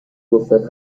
گفتن